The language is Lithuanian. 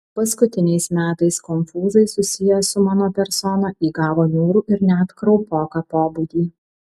paskutiniais metais konfūzai susiję su mano persona įgavo niūrų ir net kraupoką pobūdį